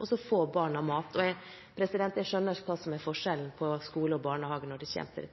og så får barna mat. Jeg skjønner ikke hva som er forskjellen på skole og barnehage når det kommer til